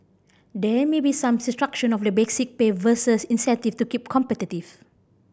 there may be some of the basic pay versus incentive to keep competitive